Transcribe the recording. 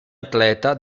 atleta